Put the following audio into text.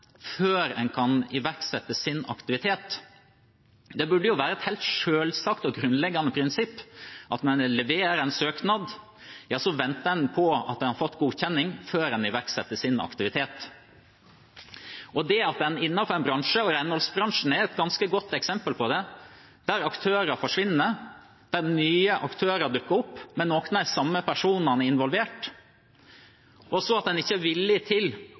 før de kan iverksette sin aktivitet. Det burde være et helt selvsagt og grunnleggende prinsipp at når man leverer en søknad, venter man til man har fått godkjenning før man iverksetter sin aktivitet. Renholdsbransjen er et ganske godt eksempel på at det innenfor noen bransjer er aktører som forsvinner, nye aktører dukker opp, men noen av de samme personene er involvert. Men så er en ikke villig til